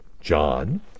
John